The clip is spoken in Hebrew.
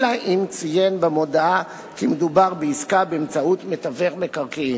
אלא אם ציין במודעה כי מדובר בעסקה באמצעות מתווך במקרקעין.